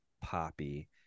poppy